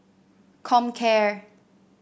comcare